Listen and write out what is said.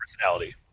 personality